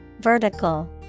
Vertical